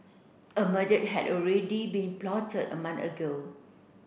a murder had already been plotted a month ago